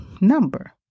number